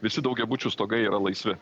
visi daugiabučių stogai yra laisvi